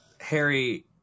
Harry